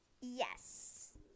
Yes